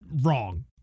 Wrong